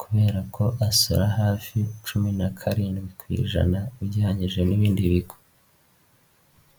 kubera ko asora hafi cumi na karindwi ku ijana ugereranyije n'ibindi bigo.